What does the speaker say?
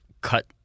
cut